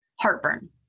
heartburn